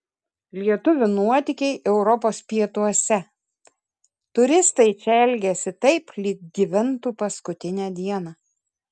lietuvių nuotykiai europos pietuose turistai čia elgiasi taip lyg gyventų paskutinę dieną